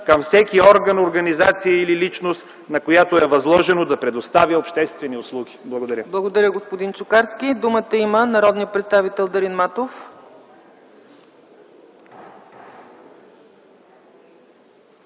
към всеки орган, организация или личност, на която е възложено да предоставя обществени услуги. Благодаря. ПРЕДСЕДАТЕЛ ЦЕЦКА ЦАЧЕВА: Благодаря, господин Чукарски. Има думата народният представител Дарин Матов.